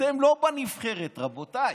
אתם לא בנבחרת, רבותיי.